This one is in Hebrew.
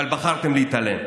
אבל בחרתם להתעלם.